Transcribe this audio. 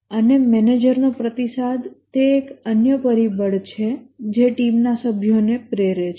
અને મેનેજરનો પ્રતિસાદ તે એક અન્ય પરિબળ છે જે ટીમના સભ્યોને પ્રેરે છે